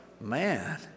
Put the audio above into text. man